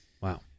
Wow